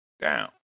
Down